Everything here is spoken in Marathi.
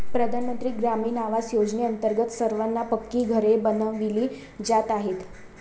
प्रधानमंत्री ग्रामीण आवास योजनेअंतर्गत सर्वांना पक्की घरे बनविली जात आहेत